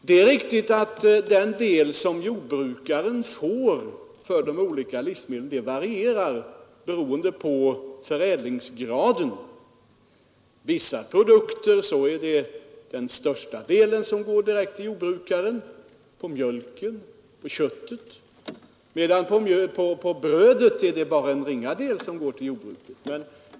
Det är riktigt att den del som jordbrukaren får för de olika livsmedlen varierar i storlek beroende på förädlingsgraden. När det gäller vissa produkter går den största delen direkt till jordbrukaren — mjölken och köttet t.ex. När det gäller brödet går bara en ringa del till jordbruket.